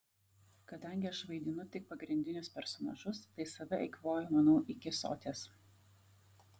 kadangi aš vaidinu tik pagrindinius personažus tai save eikvoju manau iki soties